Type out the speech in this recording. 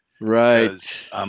Right